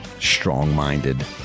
strong-minded